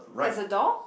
has a door